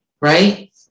right